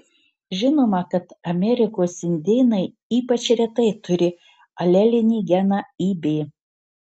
žinoma kad amerikos indėnai ypač retai turi alelinį geną ib